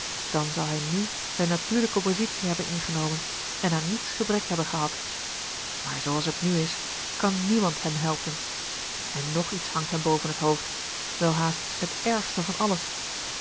dan zou hij nu zijn natuurlijke positie hebben ingenomen en aan niets gebrek hebben gehad maar zooals het nu is kan niemand hem helpen en nog iets hangt hem boven het hoofd wel haast het ergste van alles zijn